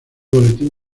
boletín